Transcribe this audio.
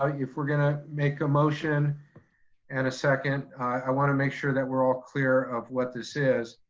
ah yeah if we're gonna make a motion and a second. i want to make sure that we're all clear of what this is.